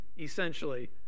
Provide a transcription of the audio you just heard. essentially